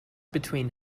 between